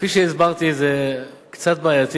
כפי שהסברתי זה קצת בעייתי